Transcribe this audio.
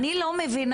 אני לא מבינה.